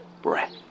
breath